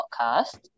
podcast